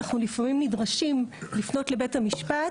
אנחנו לפעמים נדרשים לפנות לבית המשפט,